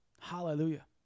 Hallelujah